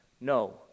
No